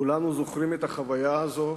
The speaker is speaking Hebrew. כולנו זוכרים את החוויה הזאת